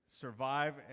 survive